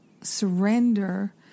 surrender